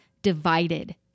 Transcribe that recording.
divided